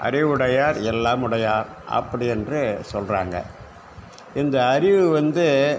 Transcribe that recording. அறிவுடையார் எல்லாம் உடையார் அப்படி என்று சொல்லுறாங்க இந்த அறிவு வந்து